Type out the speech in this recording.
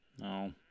No